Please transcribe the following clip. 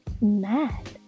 mad